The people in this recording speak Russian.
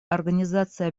организация